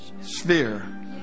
sphere